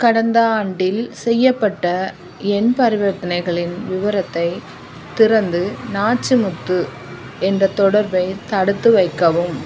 கடந்த ஆண்டில் செய்யப்பட்ட என் பரிவர்த்தனைகளின் விவரத்தைத் திறந்து நாச்சிமுத்து என்ற தொடர்பை தடுத்துவைக்கவும்